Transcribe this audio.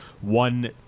one